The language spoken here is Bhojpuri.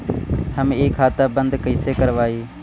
हम इ खाता बंद कइसे करवाई?